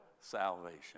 salvation